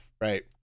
right